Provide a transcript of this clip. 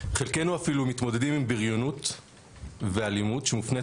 חלקנו אפילו מתמודדים עם בריונות ואלימות שמופנית